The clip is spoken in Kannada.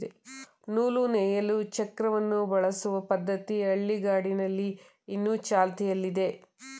ನೂಲು ನೇಯಲು ಚಕ್ರವನ್ನು ಬಳಸುವ ಪದ್ಧತಿ ಹಳ್ಳಿಗಾಡಿನಲ್ಲಿ ಇನ್ನು ಚಾಲ್ತಿಯಲ್ಲಿದೆ